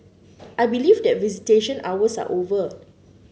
I believe that visitation hours are over